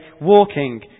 walking